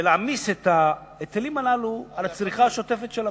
ולהעמיס את ההיטלים הללו על הצריכה השוטפת של המים.